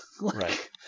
Right